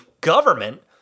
government